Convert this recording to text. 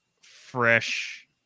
fresh